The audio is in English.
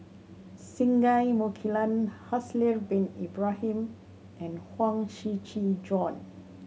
Singai Mukilan Haslir Bin Ibrahim and Huang Shiqi Joan